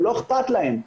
הוא לא אכפת להם,